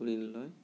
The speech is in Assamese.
ঋণ লয়